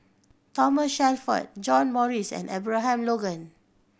Thomas Shelford John Morrice and Abraham Logan